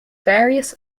various